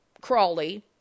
Crawley